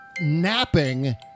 napping